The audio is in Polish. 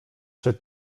czy